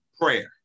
prayer